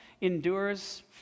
endures